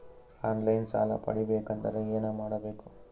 On line ಸಾಲ ಪಡಿಬೇಕಂದರ ಏನಮಾಡಬೇಕು?